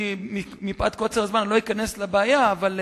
אני בטוח שזה ישפר את הצמיחה.